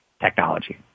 technology